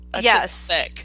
yes